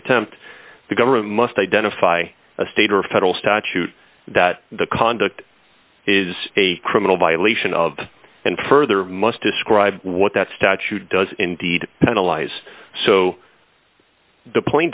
attempt the government must identify a state or federal statute that the conduct is a criminal violation of and further must describe what that statute does indeed penalize so the p